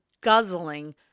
guzzling